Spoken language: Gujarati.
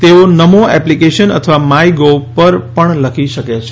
તેઓ નમો એપ્લિકેશન અથવા માયગોવ પર પણ લખી શકે છે